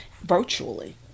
virtually